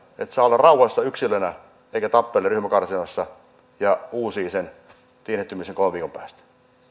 että se saa olla rauhassa yksilönä sen sijaan että tappelee ryhmäkarsinassa ja uusii sen tiinehtymisen kolmen viikon päästä